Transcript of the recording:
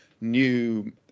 new